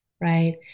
right